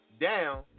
down